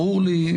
ברור לי.